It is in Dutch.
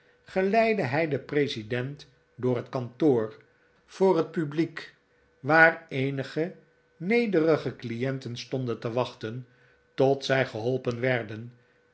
hij den president door het kantoor voor het publiek waar eenige nederige clienten stonden te wachten tot zij geholpen werden